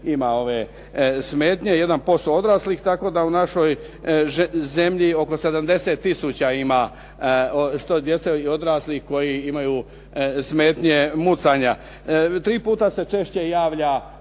ima ove smetnje, 1% odraslih, tako da u našoj zemlji oko 70 tisuća ima što djece i odraslih koji imaju smetnje mucanja. Tri puta se češće javlja